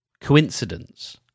coincidence